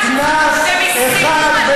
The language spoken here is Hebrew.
קנס אחד,